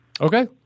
okay